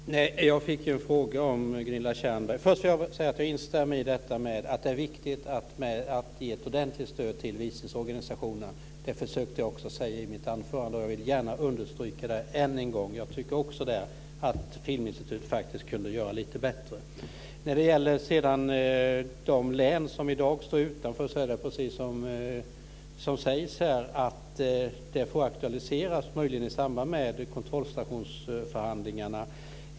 Fru talman! Jag fick en fråga av Gunilla Tjernberg. Först vill jag säga att jag instämmer i att det är viktigt att ge ett ordentligt stöd till visningsorganisationerna. Det försökte jag också säga i mitt anförande, och jag vill gärna understryka det än en gång. Jag tycker också att Filminstitutet kunde göra det lite bättre. När det sedan gäller de län som står utanför är det precis som sägs här. Det får möjligen aktualiseras i samband med kontrollstationsförhandlingarna.